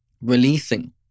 releasing